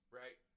right